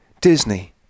disney